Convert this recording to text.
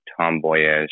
tomboyish